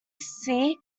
see